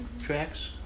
tracks